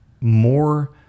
more